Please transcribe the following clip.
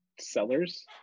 sellers